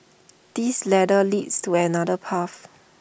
this ladder leads to another path